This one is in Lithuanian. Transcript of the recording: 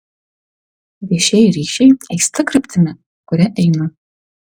viešieji ryšiai eis ta kryptimi kuria eina